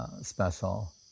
Special